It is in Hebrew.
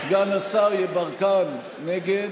סגן השר יברקן, נגד,